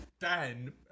Dan